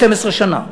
12 שנה.